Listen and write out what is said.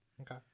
Okay